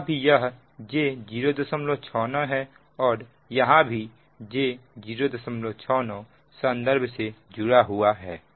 यहां भी यह j069 है और यहां भी j069 संदर्भ से जुड़ा हुआ है